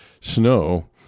snow